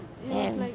and